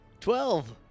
Twelve